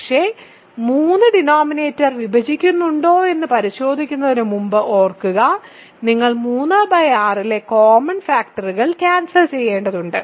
പക്ഷേ 3 ഡെനോമിനെറ്റർ വിഭജിക്കുന്നുണ്ടോയെന്ന് പരിശോധിക്കുന്നതിന് മുമ്പ് ഓർക്കുക നിങ്ങൾ 36 ലെ കോമൺ ഫാക്ടറുകൾ ക്യാൻസൽ ചെയ്യേണ്ടതുണ്ട്